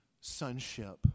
sonship